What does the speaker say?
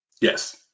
Yes